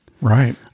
right